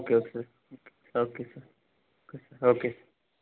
okay sir okay sir okay sir